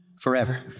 forever